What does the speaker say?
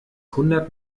hundert